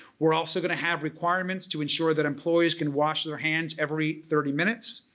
we're also going to have requirements to ensure that employees can wash their hands every thirty minutes.